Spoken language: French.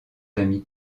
amis